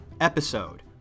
episode